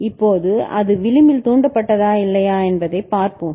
இப்போது அது விளிம்பில் தூண்டப்பட்டதா இல்லையா என்பதைப் பார்ப்போம்